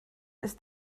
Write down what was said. ist